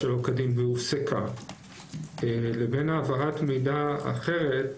שלא כדין והופסקה לבין העברת מידע אחרת,